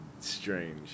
strange